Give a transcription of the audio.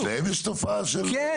גם אצלן יש תופעה כזאת?